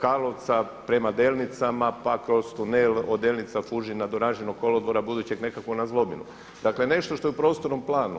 Karlovca prema Delnicama pa kroz tunel od Delnica, Fužina do ranžirnog kolodvora budućeg nekakvog na ..., da kle nešto što je u prostornom planu.